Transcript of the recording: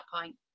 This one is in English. point